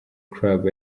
club